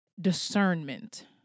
discernment